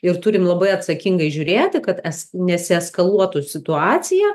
ir turim labai atsakingai žiūrėti kad es nesieskaluotų situacija